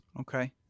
Okay